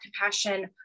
compassion